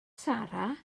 sara